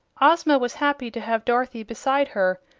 ozma was happy to have dorothy beside her,